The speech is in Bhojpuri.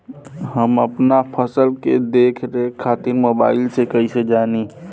हम अपना फसल के देख रेख खातिर मोबाइल से कइसे जानी?